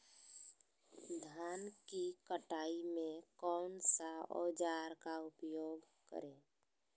धान की कटाई में कौन सा औजार का उपयोग करे?